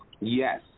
Yes